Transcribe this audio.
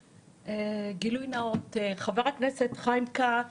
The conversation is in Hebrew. גילוי נאות, חבר הכנסת חיים כץ